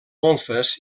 golfes